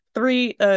Three